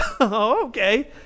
Okay